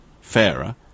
Fairer